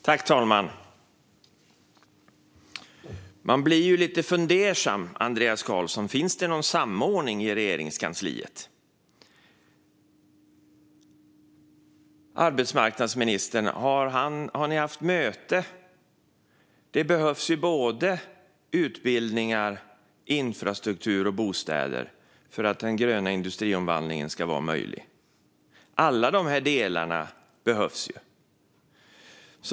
Fru talman! Andreas Carlson! Man blir lite fundersam. Finns det någon samordning i Regeringskansliet? Har du och arbetsmarknadsministern haft möte? Det behövs såväl utbildningar som infrastruktur och bostäder för att den gröna industriomvandlingen ska vara möjlig. Alla delarna behövs.